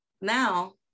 now